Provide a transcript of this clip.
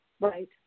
Right